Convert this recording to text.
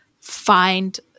find